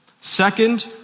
Second